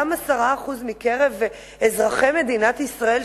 גם 10% מקרב אזרחי מדינת ישראל,